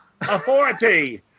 Authority